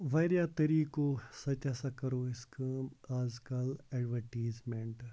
واریاہ طریٖقو سۭتۍ ہَسا کَرو أسۍ کٲم آزکَل اٮ۪ڈوَٹیٖزمٮ۪نٛٹ